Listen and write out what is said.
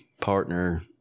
partner